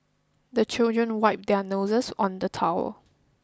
the children wipe their noses on the towel